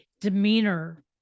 demeanor